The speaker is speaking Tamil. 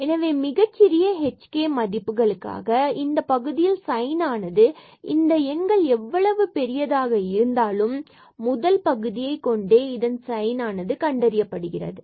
எனவே மிகச் சிறிய h மதிப்புகளுக்காக இந்த பகுதியின் சைன் ஆனது இந்த எண்கள் எவ்வளவு பெரியதாக இருந்தாலும் முதல் பகுதியை கொண்டே இதன் சைன் ஆனது கண்டறியப்படுகிறது